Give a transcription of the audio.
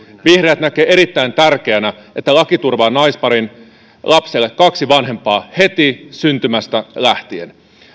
vihreät näkevät erittäin tärkeänä että laki turvaa naisparin lapselle kaksi vanhempaa heti syntymästä lähtien